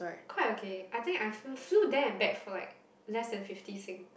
quite okay I think I flew flew there and back for like less than fifty Sing